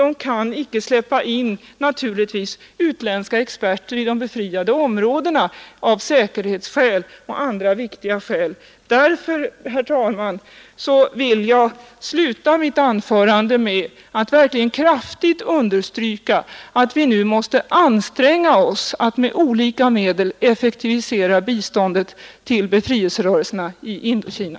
De kan naturligtvis inte släppa in utländska experter i de befriade områdena, av säkerhetsskäl och andra viktiga skäl. Herr talman, jag vill sluta mitt anförande med att kraftigt understryka att vi nu måste anstränga oss att med olika medel effektivisera biståndet till befrielserörelserna i Indokina.